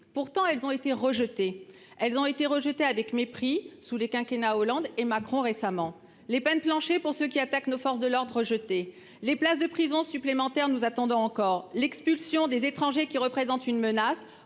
formulées, alors qu'elles ont été rejetées avec mépris sous les quinquennats Hollande et Macron. Les peines planchers pour ceux qui attaquent nos forces de l'ordre ? Rejetées ! Les places de prison supplémentaires ? Nous attendons encore. L'expulsion des étrangers qui représentent une menace